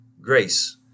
Grace